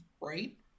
right